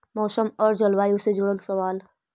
मौसम और जलवायु से जुड़ल सवाल?